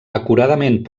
acuradament